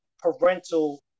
Parental